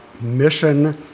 mission